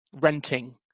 renting